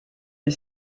est